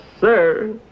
sir